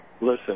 Listen